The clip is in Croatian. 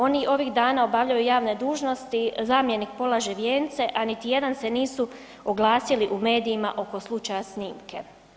Oni ovih dana obavljaju javne dužnosti, zamjenik polaže vijence, a niti jedan se nisu oglasili u medijima oko slučaja snimke.